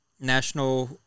National